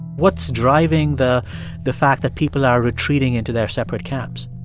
what's driving the the fact that people are retreating into their separate camps?